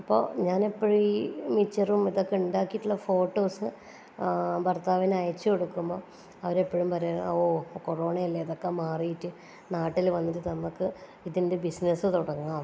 അപ്പോൾ ഞാനെപ്പോഴും ഈ മിച്ചറും ഇതൊക്കെ ഉണ്ടാക്കിട്ടുള്ള ഫോട്ടോസ് ഭർത്താവിന് അയച്ചുകൊടുക്കുമ്പോൾ അവരെപ്പോഴും പറയാറ് ഓ കൊറോണയല്ലേ അതൊക്കെ മാറിയിട്ട് നാട്ടിൽ വന്നിട്ട് നമക്ക് ഇതിൻ്റെ ബിസിനസ് തുടങ്ങാം